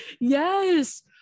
yes